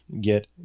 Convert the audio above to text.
get